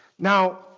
Now